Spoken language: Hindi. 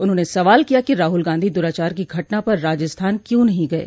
उन्होंने सवाल किया कि राहुल गांधी द्राचार की घटना पर राजस्थान क्यों नहीं गये